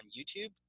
YouTube